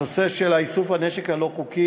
הנושא של איסוף הנשק הלא-חוקי,